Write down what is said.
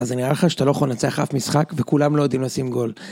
אז אני אראה לך שאתה לא יכול לנצח אף משחק וכולם לא יודעים לשים גול.